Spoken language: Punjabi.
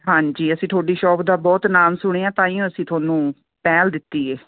ਹਾਂਜੀ ਅਸੀਂ ਤੁਹਾਡੀ ਸ਼ੌਪ ਦਾ ਬਹੁਤ ਨਾਮ ਸੁਣਿਆ ਤਾਂ ਹੀ ਅਸੀਂ ਤੁਹਾਨੂੰ ਪਹਿਲ ਦਿੱਤੀ ਹੈ